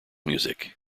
music